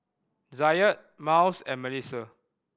Zaid Myles and Melisa